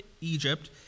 Egypt